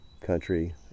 country